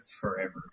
forever